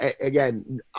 again